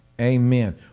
Amen